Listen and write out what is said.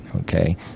okay